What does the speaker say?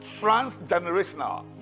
transgenerational